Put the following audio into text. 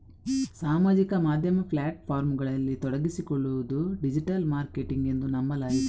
ಸಾಮಾಜಿಕ ಮಾಧ್ಯಮ ಪ್ಲಾಟ್ ಫಾರ್ಮುಗಳಲ್ಲಿ ತೊಡಗಿಸಿಕೊಳ್ಳುವುದು ಡಿಜಿಟಲ್ ಮಾರ್ಕೆಟಿಂಗ್ ಎಂದು ನಂಬಲಾಗಿದೆ